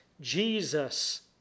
Jesus